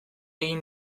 egin